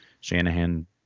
Shanahan